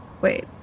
wait